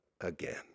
again